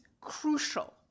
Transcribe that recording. crucial